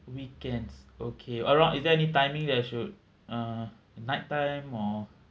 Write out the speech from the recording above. weekends okay around is there any timing that I should uh night time or